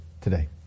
today